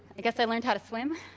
i guess i learned how to swim.